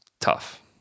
tough